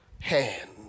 hand